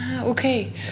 Okay